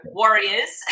warriors